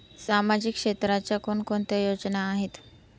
सामाजिक क्षेत्राच्या कोणकोणत्या योजना आहेत?